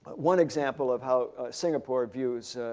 one example of how singapore views